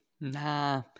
Nah